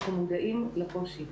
אנחנו מודעים לקושי.